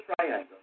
triangle